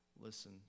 listen